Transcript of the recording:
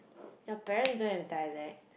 your parents don't have dialect